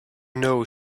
know